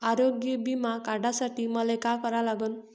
आरोग्य बिमा काढासाठी मले काय करा लागन?